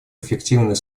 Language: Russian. эффективный